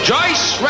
Joyce